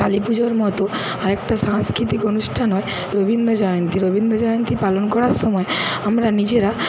কালীপুজোর মতো আরেকটা সাংস্কৃতিক অনুষ্ঠান হয় রবীন্দ্রজয়ন্তী রবীন্দ্রজয়ন্তী পালন করার সময় আমরা নিজেরা